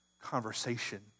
conversation